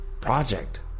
project